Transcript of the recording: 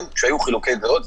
גם כשהיו חילוקי דעות,